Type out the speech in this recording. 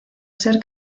ser